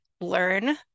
learn